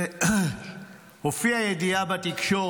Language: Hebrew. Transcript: הופיעה ידיעה בתקשורת,